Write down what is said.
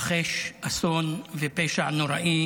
התרחש אסון ופשע נוראי